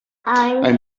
ein